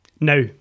Now